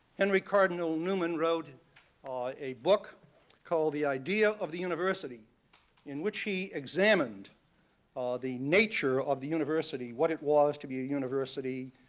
henry cardinal newman wrote ah a book called the idea of the university in which he examined ah the nature of the university, what it was to be a university,